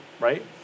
right